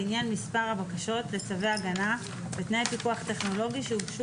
בעניין מספר הבקשות לצווי הגנה בתנאי פיקוח טכנולוגי שהוגשו